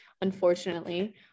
Unfortunately